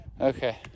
Okay